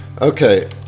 Okay